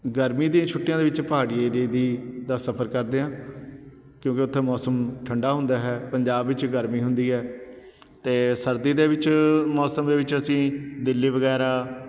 ਗਰਮੀ ਦੀਆਂ ਛੁੱਟੀਆਂ ਦੇ ਵਿੱਚ ਪਹਾੜੀ ਏਰੀਏ ਦੀ ਦਾ ਸਫ਼ਰ ਕਰਦੇ ਹਾਂ ਕਿਉਂਕਿ ਉੱਥੇ ਮੌਸਮ ਠੰਡਾ ਹੁੰਦਾ ਹੈ ਪੰਜਾਬ ਵਿੱਚ ਗਰਮੀ ਹੁੰਦੀ ਹੈ ਅਤੇ ਸਰਦੀ ਦੇ ਵਿੱਚ ਮੌਸਮ ਦੇ ਵਿੱਚ ਅਸੀਂ ਦਿੱਲੀ ਵਗੈਰਾ